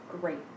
great